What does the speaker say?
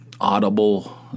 Audible